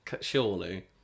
surely